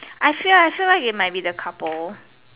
I feel I feel like it might be the couple